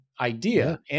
idea